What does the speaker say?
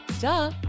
Duh